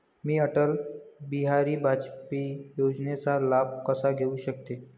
मी अटल बिहारी वाजपेयी योजनेचा लाभ कसा घेऊ शकते?